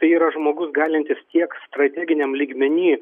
tai yra žmogus galintis tiek strateginiam lygmeny